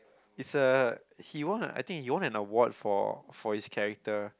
it's a he won a I think he won an award for for his character